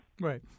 Right